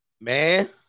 man